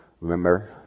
remember